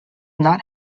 not